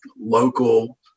local